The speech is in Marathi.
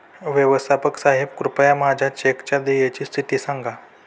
व्यवस्थापक साहेब कृपया माझ्या चेकच्या देयची स्थिती सांगा